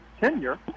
tenure